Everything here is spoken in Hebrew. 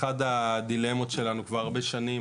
אחת הדילמות שלנו כבר הרבה שנים,